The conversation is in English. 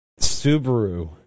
Subaru